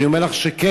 אני אומר לך שכן.